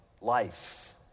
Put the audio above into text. life